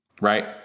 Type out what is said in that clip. Right